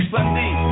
Sunday